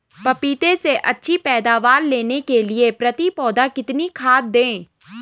पपीते से अच्छी पैदावार लेने के लिए प्रति पौधा कितनी खाद दें?